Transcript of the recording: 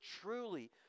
truly